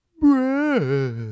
Breath